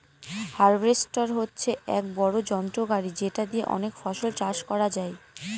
harvester হচ্ছে এক বড়ো যন্ত্র গাড়ি যেটা দিয়ে অনেক ফসল চাষ করা যায়